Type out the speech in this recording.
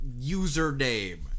username